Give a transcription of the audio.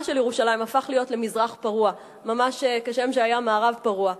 של ירושלים הפך להיות למזרח פרוע ממש כשם שהיה מערב פרוע.